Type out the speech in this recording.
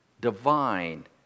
Divine